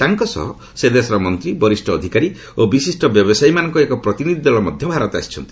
ତାଙ୍କ ସହ ସେ ଦେଶର ମନ୍ତ୍ରୀ ବରିଷ୍ଠ ଅଧିକାରୀ ଓ ବିଶିଷ୍ଟ ବ୍ୟବସାୟୀମାନଙ୍କ ଏକ ପ୍ରତିନିଧି ଦଳ ମଧ୍ୟ ଭାରତ ଆସିଛନ୍ତି